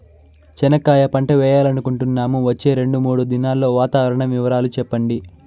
చెనక్కాయ పంట వేయాలనుకుంటున్నాము, వచ్చే రెండు, మూడు దినాల్లో వాతావరణం వివరాలు చెప్పండి?